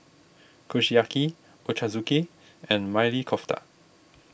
Kushiyaki Ochazuke and Maili Kofta